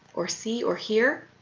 or see, or hear,